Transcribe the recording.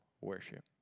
worship